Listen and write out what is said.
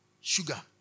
Sugar